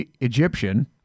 Egyptian